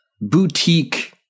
boutique